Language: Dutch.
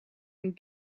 een